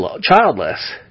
childless